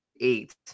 eight